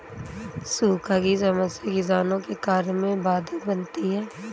सूखा की समस्या किसानों के कार्य में बाधक बनती है